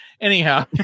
anyhow